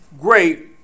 great